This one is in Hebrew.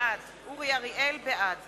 בעד